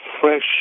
fresh